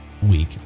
week